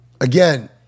again